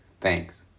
Thanks